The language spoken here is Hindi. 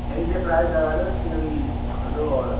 सही से प्राइस लगा लो कि अभी खरीदो औरडर